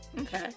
Okay